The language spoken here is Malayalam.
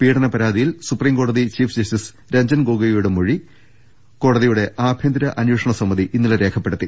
പീഡന പരാതിയിൽ സുപ്രീംകോ ടതി ചീഫ് ജസ്റ്റിസ് രഞ്ജൻ ഗൊഗോയിയുടെ മൊഴി സുപ്രീംകോടതി ആഭ്യ ന്തര അന്വേഷണ സമിതി ഇന്നലെ രേഖപ്പെടുത്തി